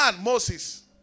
Moses